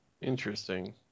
Interesting